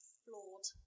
flawed